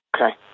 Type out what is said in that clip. Okay